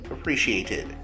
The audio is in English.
appreciated